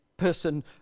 Person